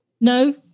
No